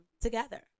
together